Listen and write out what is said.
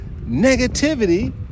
negativity